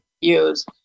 use